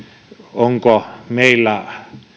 onko meillä